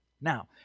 Now